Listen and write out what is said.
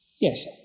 Yes